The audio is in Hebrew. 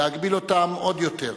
להגביל אותם עוד יותר,